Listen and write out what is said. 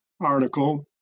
article